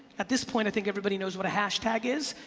at this point i think everybody knows what a hashtag is.